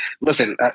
listen